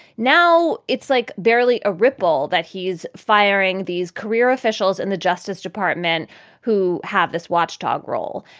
now, it's like barely a ripple that he's firing these career officials in the justice department who have this watchdog role.